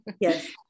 yes